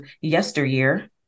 yesteryear